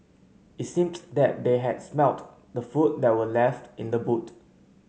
it seemed that they had smelt the food that were left in the boot